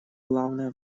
главное